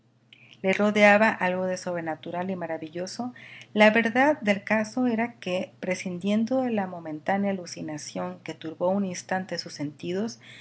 le rodeaba algo de sobrenatural y maravilloso la verdad del caso era que prescindiendo de la momentánea alucinación que turbó un instante sus sentidos